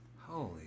Holy